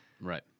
Right